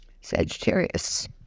Sagittarius